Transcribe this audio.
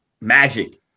magic